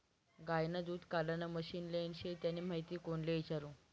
गायनं दूध काढानं मशीन लेनं शे त्यानी माहिती कोणले इचारु?